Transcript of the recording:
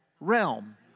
realm